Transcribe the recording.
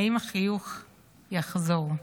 האם החיוך יחזור.